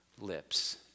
lips